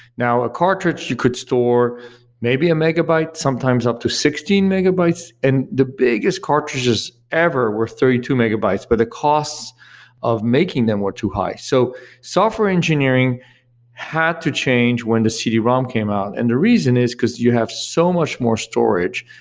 now a cartridge, you could store maybe a megabyte, sometimes up to sixteen megabytes and the biggest cartridges ever were thirty two megabytes, but the costs of making them were too high so software engineering had to change when the cd-rom um came out. and the reason is because you have so much more storage.